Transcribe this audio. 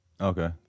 Okay